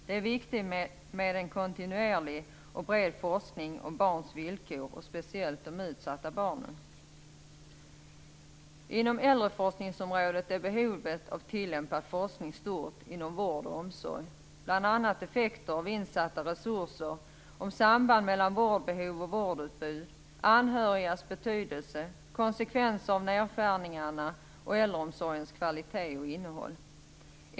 Det är viktigt med en kontinuerlig och bred forskning om barns villkor och speciellt de utsatta barnens. Inom äldreforskningen är behovet av tillämpad forskning stort inom vård och omsorg, bl.a. om effekter av insatta resurser, samband mellan vårdbehov och vårdutbud, anhörigas betydelse, konsekvenser av nedskärningarna och äldreomsorgens kvalitet och innehåll.